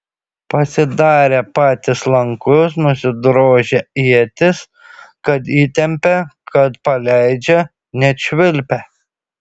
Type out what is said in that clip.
pasidarė patys lankus nusidrožė ietis kad įtempia kad paleidžia net švilpia